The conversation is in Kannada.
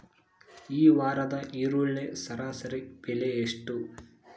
ಈ ವಾರದ ಈರುಳ್ಳಿ ಸರಾಸರಿ ಬೆಲೆ ಎಷ್ಟು?